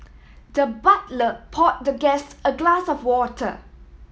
the butler pour the guest a glass of water